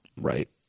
Right